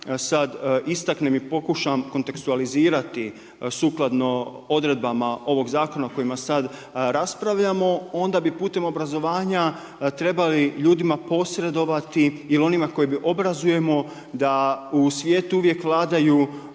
sada istaknem i pokušam kontekstualizrati sukladno odredbama ovog zakona o kojem sad raspravljamo, onda bi putem obrazovanja, trebali ljudima posredovati ili onima kojima obrazujemo da u svijetu uvijek vladaju